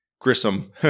Grissom